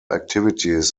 activities